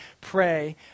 pray